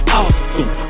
awesome